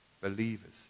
Believers